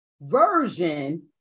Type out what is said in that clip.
Version